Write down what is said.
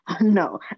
no